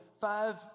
five